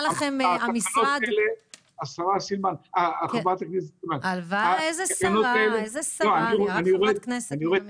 חברת הכנסת סילמן, התקנות האלה ואני אומר